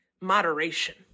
moderation